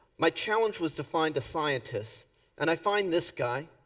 my challenge was to find a scientist and i find this guy.